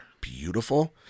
beautiful